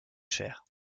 chère